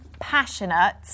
passionate